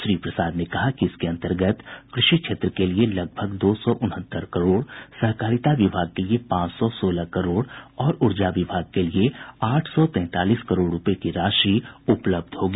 श्री प्रसाद ने कहा कि इसके अंतर्गत कृषि क्षेत्र के लिए लगभग दो सौ उनहत्तर करोड़ सहकारिता विभाग के लिए पांच सौ सोलह करोड़ और ऊर्जा विभाग के लिए आठ सौ तेंतालीस करोड़ रूपये की राशि उपलब्ध होगी